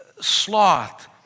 Sloth